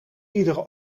iedere